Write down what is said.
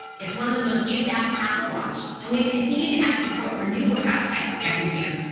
it's one of the most used apps on apple watch, and we've continued to add support for new workout types every year.